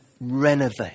renovate